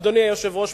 אדוני היושב-ראש,